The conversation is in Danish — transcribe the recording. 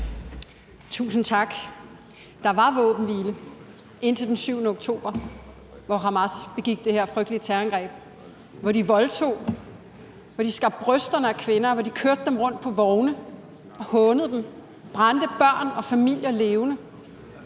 Tusind tak. Der var våbenhvile indtil den 7. oktober, hvor Hamas begik det her frygtelige terrorangreb, hvor de voldtog, hvor de skar brysterne af kvinder, hvor de kørte kvinderne rundt på vogne og hånede dem, og hvor de brændte børn og familier levende.